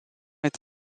est